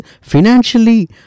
financially